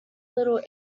little